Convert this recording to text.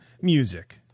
music